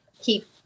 keep